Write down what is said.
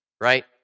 right